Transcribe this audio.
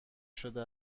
شده